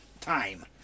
time